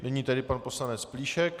Nyní tedy pan poslanec Plíšek.